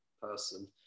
person